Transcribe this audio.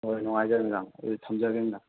ꯍꯣꯏ ꯅꯨꯡꯉꯥꯏꯖꯔꯦ ꯃꯦꯗꯥꯝ ꯑꯗꯨꯗꯤ ꯊꯝꯖꯔꯒꯦ ꯃꯦꯗꯥꯝ